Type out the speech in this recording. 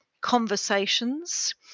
conversations